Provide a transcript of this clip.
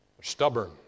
stubborn